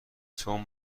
چون